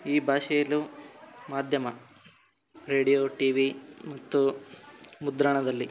ಈ ಭಾಷೆಯಲ್ಲು ಮಾಧ್ಯಮ ರೇಡಿಯೋ ಟಿವಿ ಮತ್ತು ಮುದ್ರಣದಲ್ಲಿ